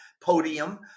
podium